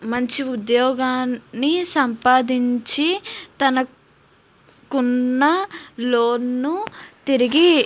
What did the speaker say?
మంచి ఉద్యోగాన్ని సంపాదించి తనకున్న లోన్ను తిరిగి